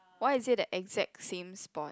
why you say the exact same spot